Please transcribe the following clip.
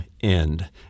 end